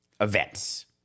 events